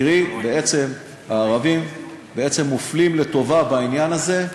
קרי, בעצם הערבים מופלים לטובה בעניין הזה,